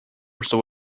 sou